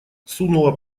сунула